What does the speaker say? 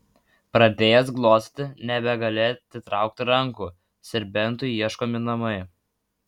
pradėjęs glostyti nebegali atitraukti rankų serbentui ieškomi namai